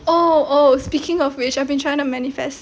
oh oh speaking of which I've been trying to manifest